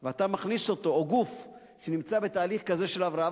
או גוף שנמצא בתהליך כזה של הבראה,